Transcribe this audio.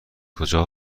کجا